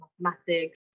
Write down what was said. mathematics